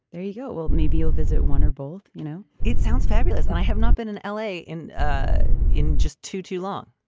there you go. well, maybe i'll visit one or both. you know, it sounds fabulous. and i have not been in l a. in ah in just too too long.